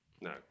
No